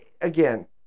again